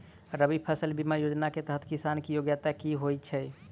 रबी फसल बीमा योजना केँ तहत किसान की योग्यता की होइ छै?